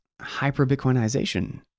hyper-Bitcoinization